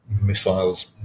missiles